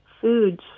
foods